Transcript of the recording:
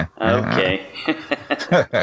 Okay